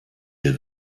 wir